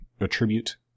attribute